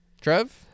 Trev